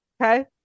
Okay